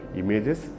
images